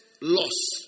loss